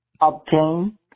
obtain